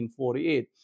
1948